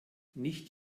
nicht